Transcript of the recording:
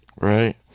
right